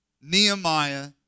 Nehemiah